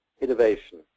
innovation